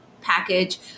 package